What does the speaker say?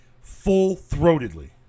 full-throatedly